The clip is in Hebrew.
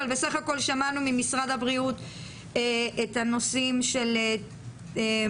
בסך הכל שמענו ממשרד הבריאות את הנושאים של טיוב